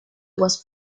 was